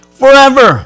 forever